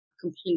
complete